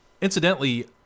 Incidentally